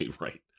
right